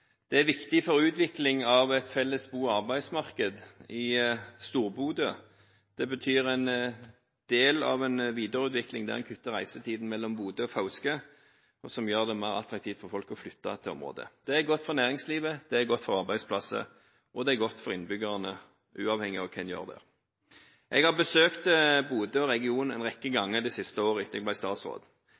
Det er viktig for utviklingen av et felles bo- og arbeidsmarked i Stor-Bodø. Det er en del av en videreutvikling der en kutter reisetiden mellom Bodø og Fauske, noe som gjør det mer attraktivt for folk å flytte til området. Det er godt for næringslivet, det er godt for arbeidsplassene, og det er godt for innbyggerne, uavhengig av hvordan en gjør det. Jeg har besøkt Bodø og regionen en rekke ganger det siste året etter at jeg ble statsråd.